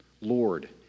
Lord